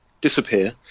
disappear